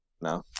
No